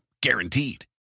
Guaranteed